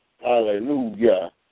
Hallelujah